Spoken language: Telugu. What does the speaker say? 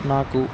నాకు